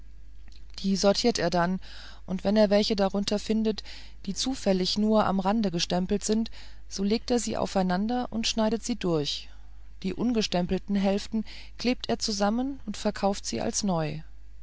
die sortiert er dann und wenn er welche darunter findet die zufällig nur am rande gestempelt sind so legt er sie aufeinander und schneidet sie durch die ungestempelten hälften klebt er zusammen und verkauft sie als neu